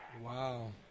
Wow